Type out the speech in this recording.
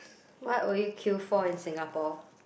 what will you queue for in Singapore